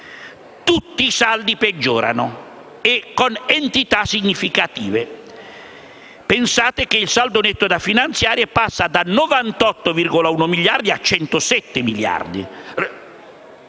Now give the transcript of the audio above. tutti saldi peggiorano con entità significative. Pensate che il saldo netto da finanziare passa da 98,1 miliardi a 107 miliardi